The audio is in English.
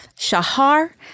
Shahar